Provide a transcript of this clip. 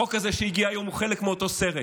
החוק הזה שהגיע היום הוא חלק מאותו סרט,